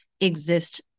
exist